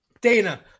Dana